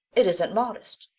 it isn't modest.